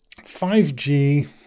5g